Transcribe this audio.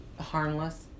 harmless